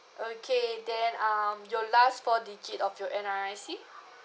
okay then um your last four digit of your N_R_I_C